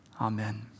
Amen